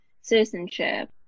citizenship